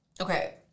Okay